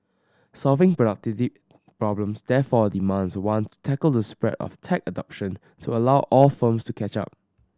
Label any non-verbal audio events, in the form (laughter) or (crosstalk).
solving (unintelligible) problems therefore demands one tackle the spread of tech adoption to allow all firms to catch up